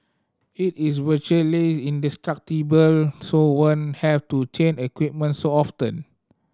it is virtually indestructible so won't have to change equipment so often